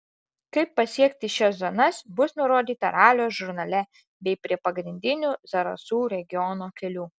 kaip pasiekti šias zonas bus nurodyta ralio žurnale bei prie pagrindinių zarasų regiono kelių